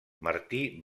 martí